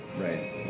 right